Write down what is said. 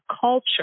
culture